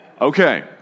okay